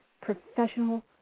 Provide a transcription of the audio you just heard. professional